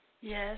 Yes